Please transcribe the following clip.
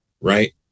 right